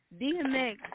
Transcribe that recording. Dmx